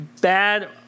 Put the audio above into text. bad